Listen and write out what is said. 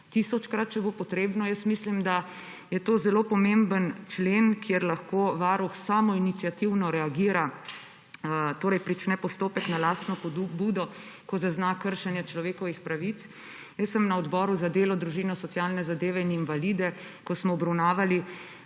tisočkrat, če bo potrebno. Mislim, da je to zelo pomemben člen, po katerem lahko Varuh samoiniciativno reagira, torej prične postopek na lastno pobudo, ko zazna kršenje človekovih pravic. Na Odboru za delo, družino, socialne zadeve in invalide sem, ko smo obravnavali